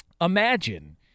Imagine